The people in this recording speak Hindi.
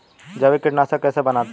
जैविक कीटनाशक कैसे बनाते हैं?